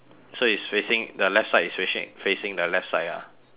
so it's facing the left side is facing facing the left side ah